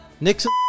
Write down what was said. Nixon